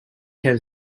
can